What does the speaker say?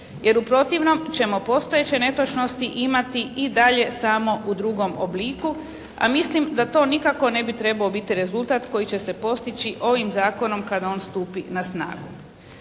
jer u protivnom ćemo postojeće netočnosti imati i dalje samo u drugom obliku, a mislim da to nikako ne bi trebao biti rezultat koji će se postići ovim Zakonom kada on stupi na snagu.